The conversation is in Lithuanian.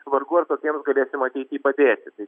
vargu ar tokiems galėsim ateity padėti tai